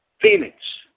Phoenix